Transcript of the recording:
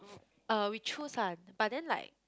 uh we choose one but then like